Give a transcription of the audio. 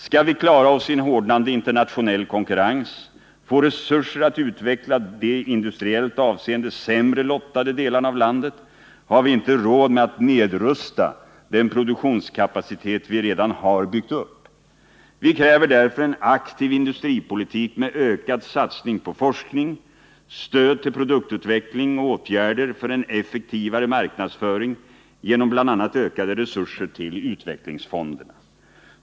Skall vi klara oss i en hårdnande internationell konkurrens, få resurser att utveckla de i industriellt avseende sämre lottade delarna av landet, har vi inte råd med att nedrusta den produktionskapacitet vi redan har byggt upp. Vi kräver därför en aktiv industripolitik med ökad satsning på forskning, stöd till produktutveckling och åtgärder för en effektivare marknadsföring genom bl.a. ökade resurser till utvecklingsfonderna.